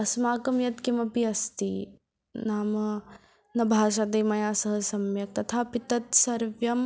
अस्माकं यत्किमपि अस्ति नाम न भाषते मया सह सम्यक् तथापि तत् सर्वं